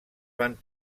van